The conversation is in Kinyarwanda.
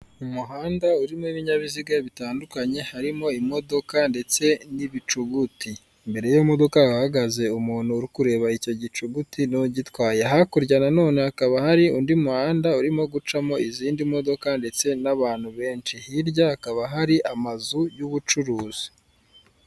Inzu mberabyombi ubona ko irimo abantu benshi higanjemo abantu bakuze ndetse n'urubyiruko, ariko hakaba harimo n'abayobozi, ukaba ureba ko bose bateze amatwi umuntu uri kubaha ikiganiro kandi, buri wese imbere ye hakaba hari icupa ry'amazi. Hakaba harimo n'umuntu uhagaze inyuma wambaye impuzankano y'umukara.